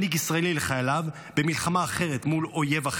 ישראלי לחייליו במלחמה אחרת מול אויב אחר.